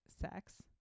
sex